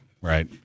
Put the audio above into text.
right